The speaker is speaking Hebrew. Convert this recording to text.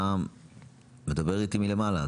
אתה מדבר איתי מלמעלה,